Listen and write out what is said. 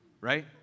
right